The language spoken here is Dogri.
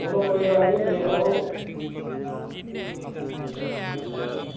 चलो कोई गल्ल निं लेई लैओ